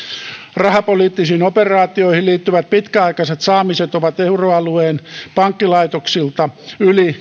rahapoliittisiin operaatioihin liittyvät pitkäaikaiset saamiset euroalueen pankkilaitoksilta ovat yli